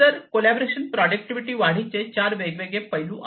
तर collaboration productivity वाढीचे चार वेगवेगळे पैलू आहेत